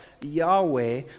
Yahweh